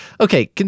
okay